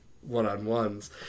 one-on-ones